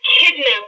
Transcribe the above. kidnapped